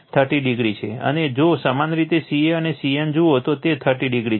અને જો સમાન રીતે ca અને cn જુઓ તો તે 30o છે